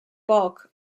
bulk